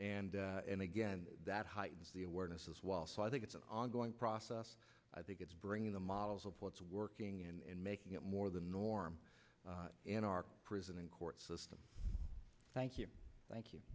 and and again that heightens the awareness as well so i think it's an ongoing process i think it's bringing the models of what's working and making it more the norm in our prison and court system thank you thank